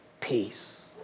Peace